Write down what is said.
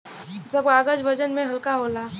सब कागज वजन में हल्का होला